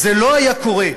זה לא היה קורה.